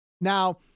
Now